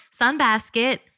sunbasket